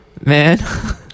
man